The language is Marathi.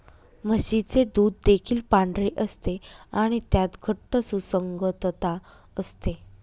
म्हशीचे दूध देखील पांढरे असते आणि त्यात घट्ट सुसंगतता असते